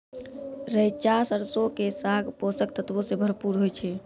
रैचा सरसो के साग पोषक तत्वो से भरपूर होय छै